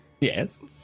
Yes